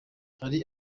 hari